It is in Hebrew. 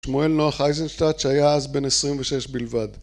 שמואל נוח אייזנשטאט שהיה אז בן 26 בלבד